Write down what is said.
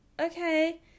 okay